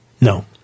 No